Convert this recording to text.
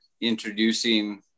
introducing